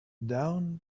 down